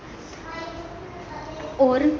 होर